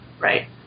right